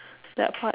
that part